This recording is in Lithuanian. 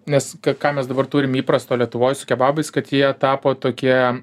nes ką mes dabar turim įprasto lietuvoj su kebabais kad jie tapo tokie